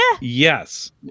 yes